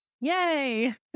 Yay